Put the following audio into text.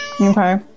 Okay